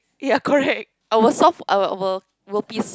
ya correct I'll solve I'll I'll world peace